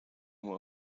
uma